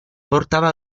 portava